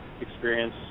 experience